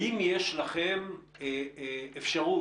האם יש לכם אפשרות,